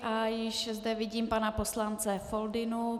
A již zde vidím pana poslance Foldynu.